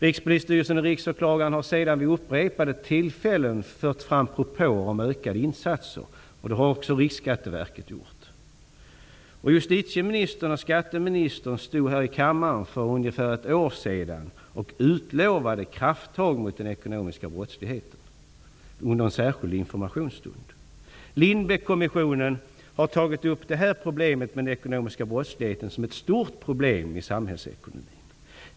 Rikspolisstyrelsen och riksåklagaren har sedan vid upprepade tillfällen fört fram propåer om ökade insatser, och det har också Riksskatteverket gjort. Justitieministern och skatteministern stod här i kammaren för ungefär ett år sedan, under en särskild informationsstund, och utlovade krafttag mot den ekonomiska brottsligheten. Lindbeckkommissionen har tagit upp problemet med den ekonomiska brottsligheten som ett stort problem i samhällsekonomin.